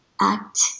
Act